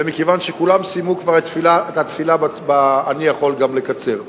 ומכיוון שכולם סיימו כבר את התפילה אני יכול גם לקצר.